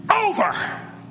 over